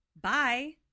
Bye